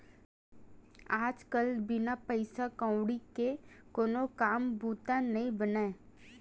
आज कल बिन पइसा कउड़ी के कोनो काम बूता नइ बनय